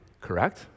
correct